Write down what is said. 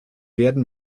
werden